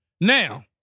Now